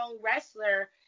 wrestler